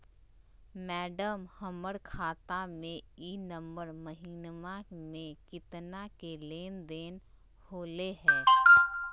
madam, हमर खाता में ई नवंबर महीनमा में केतना के लेन देन होले है